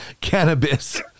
cannabis